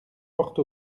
porte